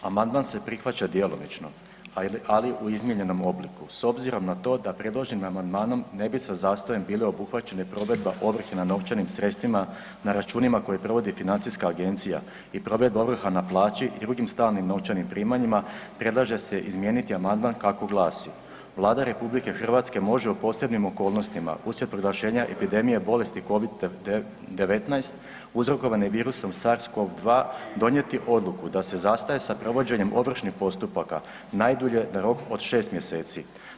Amandman se prihvaća djelomično, ali u izmijenjenom obliku s obzirom na to da predloženim amandmanom ne bi sa zastojem bile obuhvaćene provedba ovrhe na novčanim sredstvima na računima koje provodi FINA i provedba ovrha na plaći i drugim stalnim novčanim primanjima, predlaže se izmijeniti amandman kako glasi: Vlada RH može u posebnim okolnostima uslijed proglašenja epidemije bolesti Covid-19 uzrokovane virusom SARS-CoV-2 donijeti odluku da se zastaje sa provođenjem ovršnih postupaka najdulje na rok od 6. mjeseci.